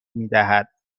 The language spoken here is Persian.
میدهد